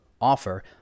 offer